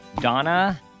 Donna